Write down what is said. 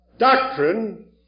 Doctrine